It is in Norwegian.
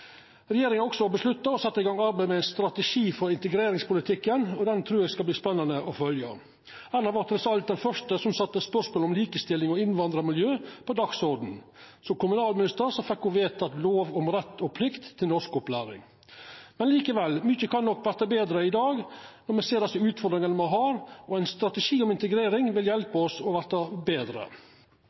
Regjeringa har også vedteke å setja i gang arbeid med ein strategi for integreringspolitikken, den trur eg skal verta spennande å følgja. Erna Solberg var trass alt den første som stilte spørsmål og sette likestilling og innvandrarmiljø på dagsordenen. Som kommunalminister fekk ho vedteke ei lov om rett og plikt til norskopplæring. Likevel kan mykje verta betre når me ser utfordringane me har i dag. Ein strategi om integrering vil hjelpa oss til å verta betre.